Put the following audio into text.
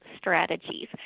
strategies